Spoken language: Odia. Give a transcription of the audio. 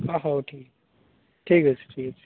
ଅ ହଉ ଠିକ୍ ଠିକ୍ ଅଛି ଠିକ୍ ଅଛି